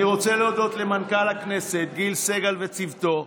אני רוצה להודות למנכ"ל הכנסת גיל סגל ולצוותו,